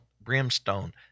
brimstone